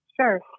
Sure